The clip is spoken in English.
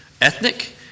ethnic